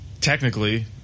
technically